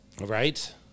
Right